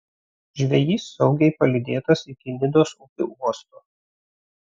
žvejys saugiai palydėtas iki nidos upių uosto